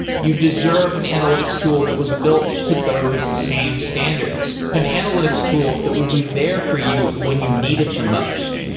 you deserve an analytics tool that was built to those same standards, an analytics tool that will be there for you when you needed the most.